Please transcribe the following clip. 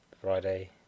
Friday